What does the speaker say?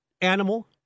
animal